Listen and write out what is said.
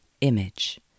Image